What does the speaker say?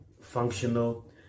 functional